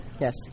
Yes